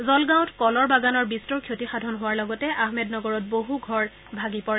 জলগাঁৱত কলৰ বাগানৰ বিস্তৰ ক্ষতিসাধন হোৱাৰ লগতে আহমেদনগৰত বহু ঘৰ ভাগি পৰে